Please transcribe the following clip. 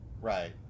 right